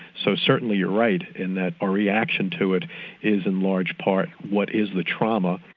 so certainly you're right in that our reaction to it is in large part what is the trauma.